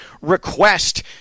request